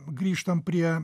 grįžtam prie